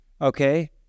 Okay